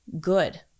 good